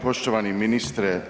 Poštovani ministre.